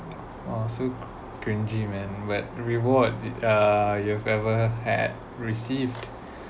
oh so grungy man and wet reward it uh you have ever had received